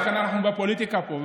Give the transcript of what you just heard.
לכן אנחנו בפוליטיקה פה,